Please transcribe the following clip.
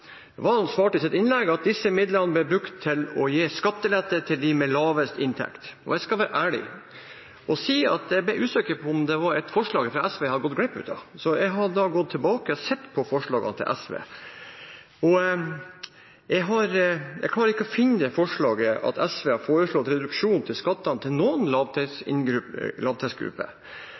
Valen svarte i sitt innlegg at disse midlene ble brukt til å gi skattelette til dem med lavest inntekt. Jeg skal være ærlig og si at jeg ble usikker på om det var et forslag fra SV jeg hadde gått glipp av. Jeg har da gått tilbake og sett på forslagene fra SV, og jeg klarer ikke å finne det forslaget fra SV om å redusere skattene til noen